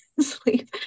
sleep